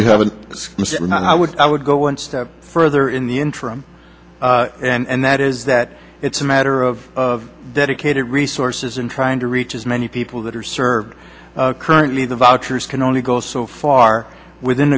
you have an i would i would go one step further in the interim and that is that it's a matter of dedicated resources and trying to reach as many people that are served currently the vouchers can only go so far within